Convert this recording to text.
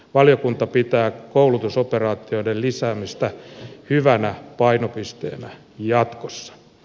valiokunta pitää koulutusoperaatioiden lisäämistä hyvänä painopisteenä jatkossa